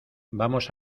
vamos